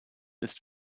ist